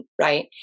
Right